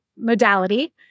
modality